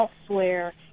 elsewhere